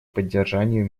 поддержанию